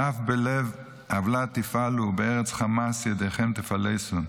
אף בלב עוֹלֹת תפעלון בארץ חמס ידיכם תפלסון.